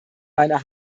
meiner